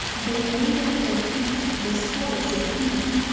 they laid at their feet the spoils of the enemy,